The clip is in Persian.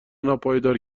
ناپایدار